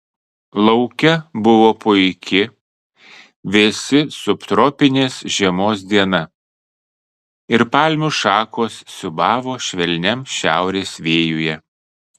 lauke buvo puiki vėsi subtropinės žiemos diena ir palmių šakos siūbavo švelniam šiaurės vėjuje